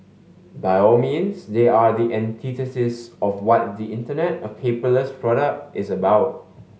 by all means they are the antithesis of what the Internet a paperless product is about